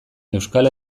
euskal